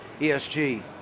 ESG